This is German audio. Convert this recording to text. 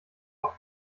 auch